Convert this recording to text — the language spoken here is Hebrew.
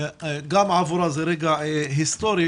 גם עבורה זה רגע היסטורי,